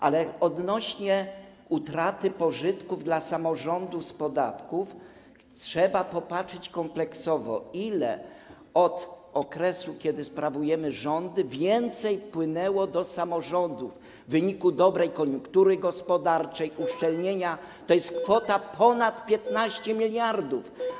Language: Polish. Ale odnośnie do utraty pożytków dla samorządu z podatków trzeba popatrzeć kompleksowo, ile od okresu, kiedy sprawujemy rządy, więcej wpłynęło do samorządów - w wyniku dobrej koniunktury gospodarczej, uszczelnienia - to jest kwota ponad 15 mld.